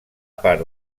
part